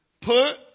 Put